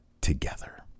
together